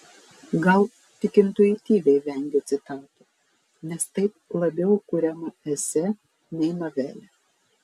gal tik intuityviai vengiu citatų nes taip labiau kuriama esė nei novelė